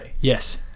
Yes